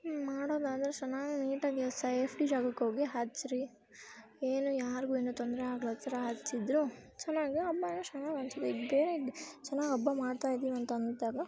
ಹ್ಞೂ ಮಾಡೋದಾದ್ರೆ ಚೆನ್ನಾಗಿ ನೀಟಾಗಿ ಸೇಫ್ಟಿ ಜಾಗಕ್ಕೆ ಹೋಗಿ ಹಚ್ಚಿರಿ ಏನು ಯಾರಿಗೂ ಏನೂ ತೊಂದರೆ ಆಗ್ಲಚ್ರ ಹಚ್ಚಿದರು ಚೆನ್ನಾಗಿ ಹಬ್ಬ ಏನೋ ಚೆನ್ನಾಗಿ ಈಗ ಬೇರೆ ಇದು ಜನ ಹಬ್ಬ ಮಾಡ್ತಾ ಇದೀವಿ ಅಂತ ಅಂದಾಗ